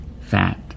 fat